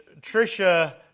Trisha